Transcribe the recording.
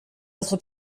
votre